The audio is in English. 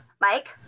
Mike